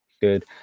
good